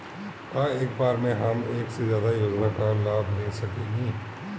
का एक बार में हम एक से ज्यादा योजना का लाभ ले सकेनी?